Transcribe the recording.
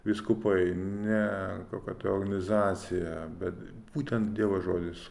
vyskupai ne kokia tai organizacija būtent dievo žodis